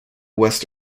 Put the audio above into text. west